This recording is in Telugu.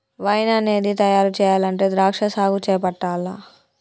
వైన్ అనేది తయారు చెయ్యాలంటే ద్రాక్షా సాగు చేపట్టాల్ల